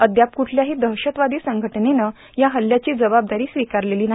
अद्याप क्ठल्याही दहशतवादी संघटनेनं या हल्ल्याची जबाबदारी स्वीकारलेली नाही